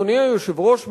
אדוני היושב-ראש,